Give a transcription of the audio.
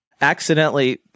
accidentally